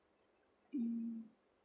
mm